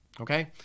okay